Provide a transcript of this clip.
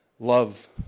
love